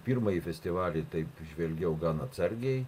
pirmąjį festivalį taip žvelgiau gan atsargiai